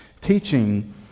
teaching